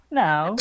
now